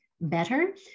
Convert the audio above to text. better